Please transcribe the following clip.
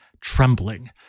trembling